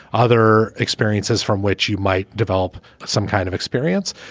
other experiences from which you might develop some kind of experience.